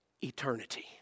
Eternity